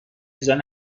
اجرا